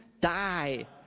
die